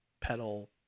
pedal